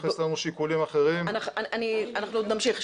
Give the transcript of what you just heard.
לייחס לנו שיקולים אחרים --- אנחנו עוד נמשיך.